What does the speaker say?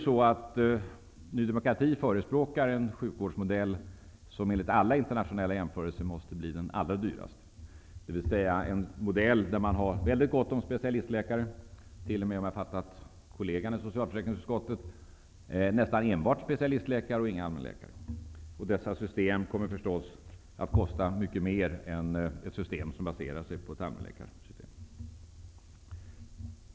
Ny Demokrati förespråkar en sjukvårdsmodell som enligt alla internationella jämförelser måste bli den allra dyraste, dvs. en modell med väldigt gott om specialistläkare -- om jag har uppfattat kollegan i socialförsäkringsutskottet rätt, nästan enbart specialistläkare och inga allmänläkare. Ett sådant system kommer förstås att kosta mycket mer än ett system som baseras på allmänläkare.